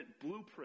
blueprint